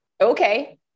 Okay